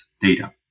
data